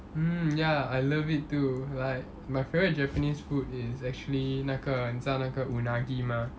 mm ya I love it too like my favourite japanese food is actually 那个你知道那个 unagi mah